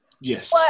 Yes